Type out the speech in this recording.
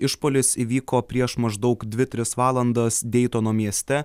išpuolis įvyko prieš maždaug dvi tris valandas deitono mieste